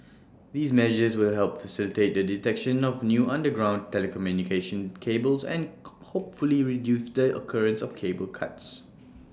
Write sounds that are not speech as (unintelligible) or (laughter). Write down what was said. these measures will help facilitate the detection of new underground telecommunication cables and (unintelligible) hopefully reduce the occurrence of cable cuts